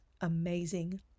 amazing